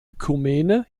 ökumene